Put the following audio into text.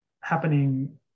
happening